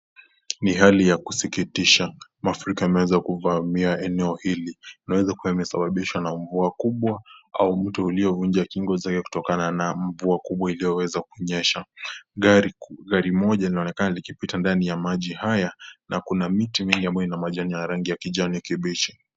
Ni hali ya kusikitisha, mafuriko yameweza kuvamia eneo hili, inaeza kuwa imesqbabishwa na mvua kubwa, au mto ulio vunja kingo zake kutokana na mvua kubwa iliyoweza kunyesha, gari moja linaonekana likipita ndani ya maji haya, na kuna miti mingi ambayo ina majani ya rangi ya kijani kibichi.